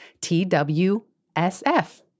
T-W-S-F